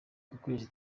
kwezi